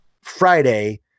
Friday